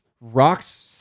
rocks